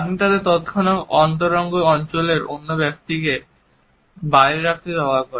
এবং তাদের তাত্ক্ষণিক অন্তরঙ্গ অঞ্চলের বাইরে রাখতে ব্যবহার করে